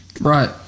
right